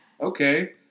okay